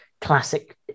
classic